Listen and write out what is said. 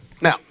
Now